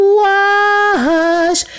wash